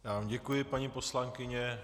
Já vám děkuji, paní poslankyně.